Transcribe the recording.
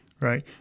right